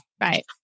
right